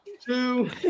two